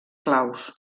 claus